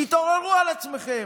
תתעוררו על עצמכם.